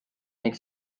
ning